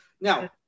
Now